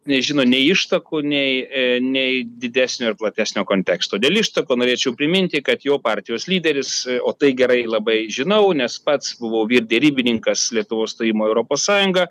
nežino nei ištakų nei e nei didesnio ir platesnio konteksto dėl ištakų norėčiau priminti kad jo partijos lyderis o tai gerai labai žinau nes pats buvau vyr derybininkas lietuvos stojimo į europos sąjungą